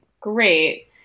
great